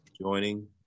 joining